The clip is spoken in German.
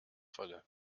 falle